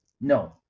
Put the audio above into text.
No